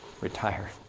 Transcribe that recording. retire